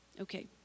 Okay